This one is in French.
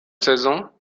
saison